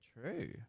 True